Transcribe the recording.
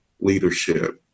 leadership